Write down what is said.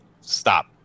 stop